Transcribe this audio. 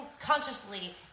consciously